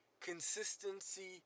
Consistency